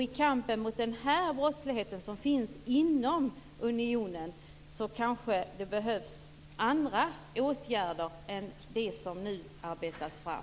I kampen mot den brottslighet som finns inom unionen behövs det kanske andra åtgärder än de som nu arbetas fram.